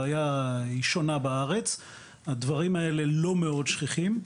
בארץ הבעיה היא שונה והדברים האלה לא מאוד שכיחים.